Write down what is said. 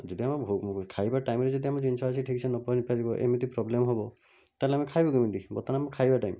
ଯଦି ଆମେ ଖାଇବା ଟାଇମରେ ଯଦି ଆମ ଜିନିଷ ଆସି ଠିକ ସେ ନ ପହଞ୍ଚିପାରିବ ଏମିତି ପ୍ରୋବ୍ଲେମ୍ ହେବ ତାହେଲେ ଆମେ ଖାଇବୁ କେମିତି ବର୍ତ୍ତମାନ ଆମ ଖାଇବା ଟାଇମ